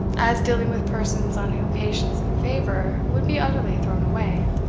as dealing with persons on whom patience and favour would be utterly thrown away.